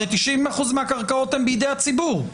הרי 90% מהקרקעות הן בידי הציבור.